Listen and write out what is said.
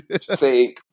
Say